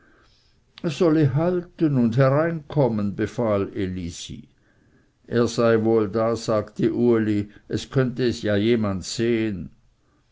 er solle halten und hereinkommen befahl elisi er sei wohl da sagte uli es könnte es ja jemand sehen